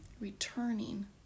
Returning